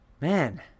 Man